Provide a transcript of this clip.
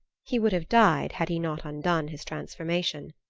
he would have died had he not undone his transformation.